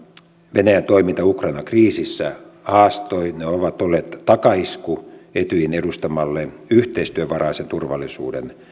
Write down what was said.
venäjän toiminta ukrainan kriisissä haastoi ne ovat olleet takaisku etyjin edustamalle yhteistyövaraisen turvallisuuden